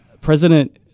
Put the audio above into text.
President